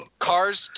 Cars